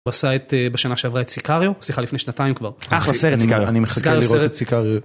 בסייט בשנה שעברה את סיקאריו שיחה לפני שנתיים כבר אחלה סרט אני מחכה לראות את סיקאריו.